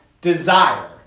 Desire